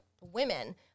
women